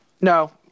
No